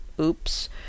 Oops